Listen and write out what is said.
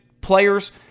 players